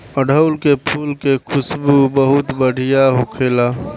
अढ़ऊल के फुल के खुशबू बहुत बढ़िया होखेला